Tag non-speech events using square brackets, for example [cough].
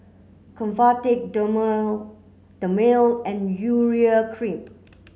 Convatec [unintelligible] Dermale and Urea cream